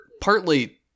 partly